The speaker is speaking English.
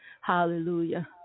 Hallelujah